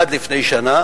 עד לפני שנה